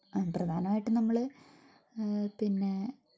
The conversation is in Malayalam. പ്രധാനം ആയിട്ടും നമ്മൾ പിന്നെ